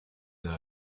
that